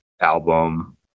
album